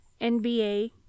NBA